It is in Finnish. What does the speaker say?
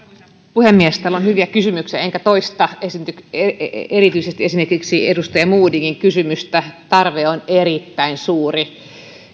puhemies täällä on hyviä kysymyksiä enkä toista erityisesti esimerkiksi edustaja modigin kysymystä tarve on erittäin suuri